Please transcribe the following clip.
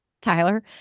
Tyler